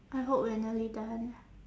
I hope we are nearly done